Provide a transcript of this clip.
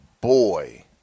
boy